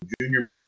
junior